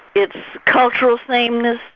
it's cultural sameness,